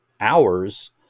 hours